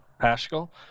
Paschal